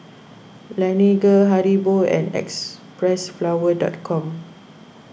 Laneige Haribo and Xpressflower dot com